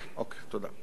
אוקיי, תודה.